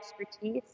expertise